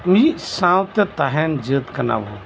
ᱢᱤᱫ ᱥᱟᱶᱛᱮ ᱛᱟᱦᱮᱸᱱ ᱡᱟᱹᱛ ᱠᱟᱱᱟ ᱵᱚᱱ